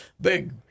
big